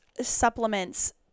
supplements